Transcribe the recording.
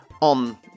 on